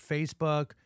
Facebook